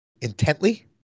intently